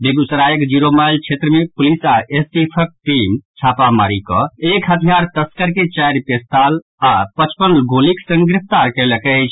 बेगूसरायक zero mile क्षेत्र मे police आओर एसटीएफक टीम छापामारी कऽ एक हथियार तस्कर के चारि पेस्तौल आओर पचपन गोलीक संग गिरफ्तार कयलक अछि